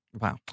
Wow